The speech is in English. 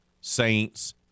Saints